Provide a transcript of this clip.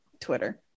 Twitter